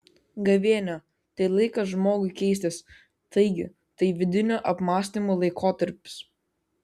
gavėnia tai laikas žmogui keistis taigi tai vidinių apmąstymų laikotarpis